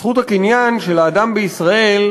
זכות הקניין של האדם בישראל,